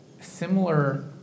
similar